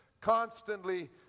constantly